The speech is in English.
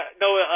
no